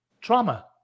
trauma